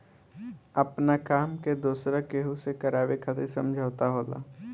आपना काम के दोसरा केहू से करावे खातिर समझौता होला